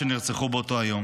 שנרצחו באותו היום.